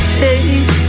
take